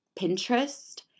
Pinterest